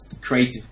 creative